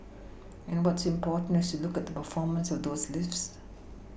and what's important is to look at the performance of those lifts